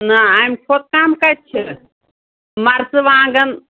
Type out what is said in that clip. نہ اَمہِ کھۄتہٕ کَم کَتہِ چھِ مَرژٕوانٛگَن